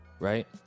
right